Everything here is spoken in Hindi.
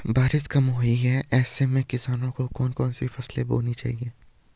बारिश कम हुई है ऐसे में किसानों को कौन कौन सी फसलें बोनी चाहिए?